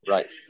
Right